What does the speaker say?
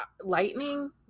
lightning